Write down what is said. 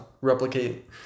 replicate